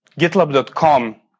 GitLab.com